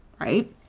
right